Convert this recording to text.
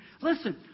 Listen